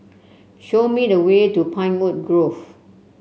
show me the way to Pinewood Grove